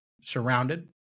surrounded